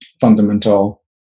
fundamental